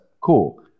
cool